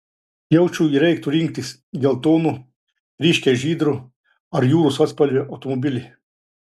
jaučiui reiktų rinktis geltono ryškiai žydro ar jūros atspalvio automobilį